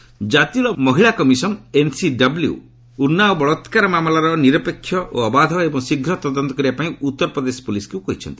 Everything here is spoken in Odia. ଏନ୍ସିଡବ୍ଲ୍ୟୁ ଜାତୀୟ ମହିଳା କମିଶନ୍ ଏନ୍ସିଡବ୍ଲ୍ୟୁ ଉନ୍ନାଓ ବଳାତ୍କାର ମାମଲାର ନିରପେକ୍ଷ ଅବାଧ ଏବଂ ଶୀଘ୍ର ତଦନ୍ତ କରିବା ପାଇଁ ଉତ୍ତରପ୍ରଦେଶ ପୁଲିସ୍କୁ କହିଛନ୍ତି